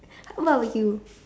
how about you